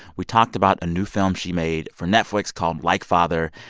we talked about a new film she made for netflix called like father.